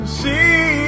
see